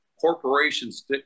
corporations